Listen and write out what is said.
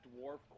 Dwarf